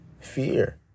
fear